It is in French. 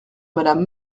madame